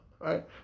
Right